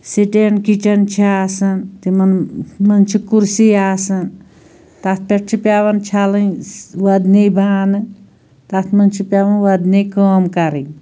stand kitchen چھِ آسان تِمَن منٛز چھِ کُرسی آسان تَتھ پٮ۪ٹھ چھِ پیٚوان چھَلٕنۍ وۄدنے بانہٕ تَتھ منٛز چھِ پیٚوان وۄدنے کٲم کرٕنۍ